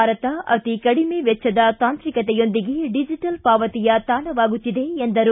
ಭಾರತ ಅತಿಕಡಿಮೆ ವೆಚ್ಚದ ತಾಂತ್ರಿಕತೆಯೊಂದಿಗೆ ಡಿಜೆಟಲ್ ಪಾವತಿಯ ತಾಣವಾಗುತ್ತಿದೆ ಎಂದರು